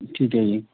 ਠੀਕ ਐ ਜੀ